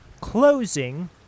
closing